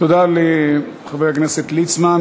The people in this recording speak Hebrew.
תודה לחבר הכנסת ליצמן.